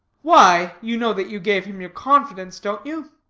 why, you know that you gave him your confidence, don't you?